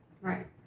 Right